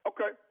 Okay